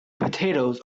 potatoes